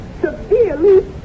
Severely